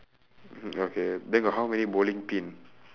okay then got how many bowling pin